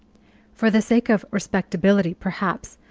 for the sake of respectability, perhaps,